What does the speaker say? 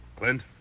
Clint